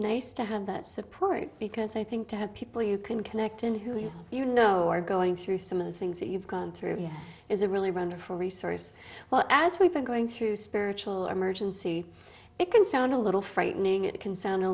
nice to have that support because i think to have people you can connect in who you you know are going through some of the things that you've gone through here is a really wonderful resource well as we've been going through spiritual emergency it can sound a little frightening it can sound a